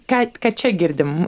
ką ką čia girdim